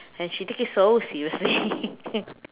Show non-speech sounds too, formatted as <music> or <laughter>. and she take it so seriously <laughs>